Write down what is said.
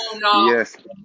yes